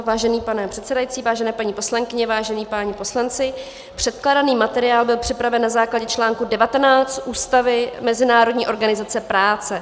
Vážený pane předsedající, vážené paní poslankyně, vážení páni poslanci, předkládaný materiál byl připraven na základě článku 19 Ústavy Mezinárodní organizace práce.